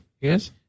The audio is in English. yes